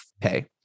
pay